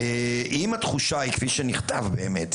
אם התחושה היא כפי שנכתב באמת,